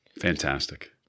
Fantastic